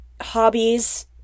hobbies